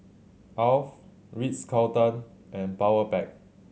Alf Ritz Carlton and Powerpac